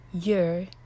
year